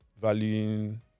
valuing